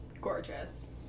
Gorgeous